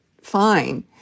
fine